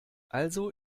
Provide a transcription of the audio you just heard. also